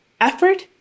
effort